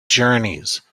journeys